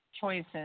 choices